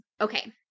Okay